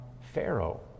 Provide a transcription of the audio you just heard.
Pharaoh